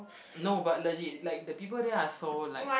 no but legit like the people there are so like